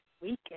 weekend